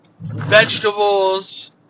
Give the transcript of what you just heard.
vegetables